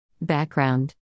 background